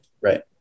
right